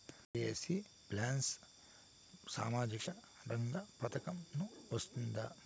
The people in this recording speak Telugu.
ఒ.ఎ.పి పెన్షన్ సామాజిక రంగ పథకం కు వస్తుందా?